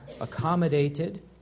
accommodated